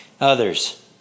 others